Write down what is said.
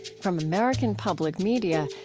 from american public media,